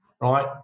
right